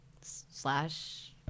slash